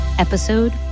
Episode